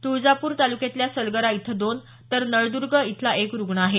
तुळजापूर तालुक्यातल्या सलगरा इथं दोन तर नळदुर्ग इथला एक रुग्ण आहे